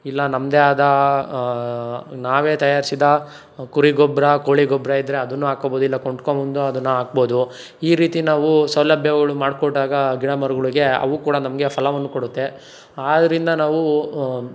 ಇಲ್ಲ ನಮ್ಮದೇ ಆದ ನಾವೇ ತಯಾರಿಸಿದ ಕುರಿ ಗೊಬ್ಬರ ಕೋಳಿ ಗೊಬ್ಬರ ಇದ್ದರೆ ಅದನ್ನೂ ಹಾಕ್ಕೊಬೌದು ಇಲ್ಲ ಕೊಂಡ್ಕೊಂಡು ಬಂದು ಅದನ್ನ ಹಾಕ್ಬೌದು ಈ ರೀತಿ ನಾವು ಸೌಲಭ್ಯಗಳು ಮಾಡ್ಕೊಂಡಾಗ ಗಿಡ ಮರಗಳಿಗೆ ಅವು ಕೂಡ ನಮಗೆ ಫಲವನ್ನು ಕೊಡುತ್ತೆ ಆದ್ದರಿಂದ ನಾವು